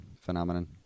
phenomenon